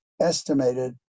estimated